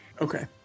Okay